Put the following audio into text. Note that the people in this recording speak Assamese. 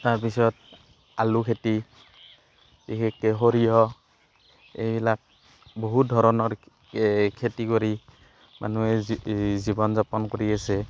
তাৰপিছত আলু খেতি বিশেষকৈ সৰিয়হ এইবিলাক বহুত ধৰণৰ খেতি কৰি মানুহে জীৱন যাপন কৰি আছে